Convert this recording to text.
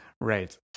Right